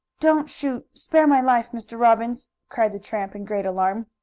don't shoot! spare my life, mr. robbins! cried the tramp in great alarm.